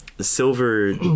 silver